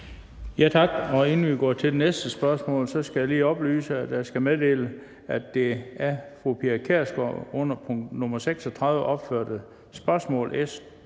Tak. Inden vi går til det næste spørgsmål, skal jeg lige meddele, at det af fru Pia Kjærsgaard under nummer 36 opførte spørgsmål, S